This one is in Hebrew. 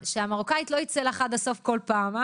שהמרוקאית לא ייצא לך עד הסוף בכל פעם.